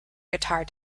guitar